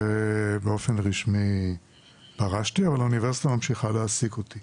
ובאופן רשמי פרשתי אבל האוניברסיטה ממשיכה להעסיק אותי